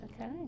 Okay